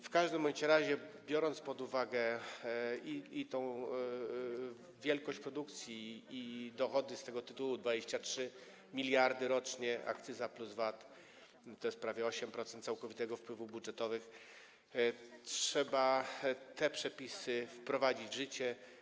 W każdym razie biorąc pod uwagę i wielkość produkcji, i dochody z tego tytułu - 23 mld rocznie akcyza plus VAT, to jest prawie 8% całkowitego wpływu budżetowego - trzeba te przepisy wprowadzić w życie.